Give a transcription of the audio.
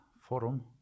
forum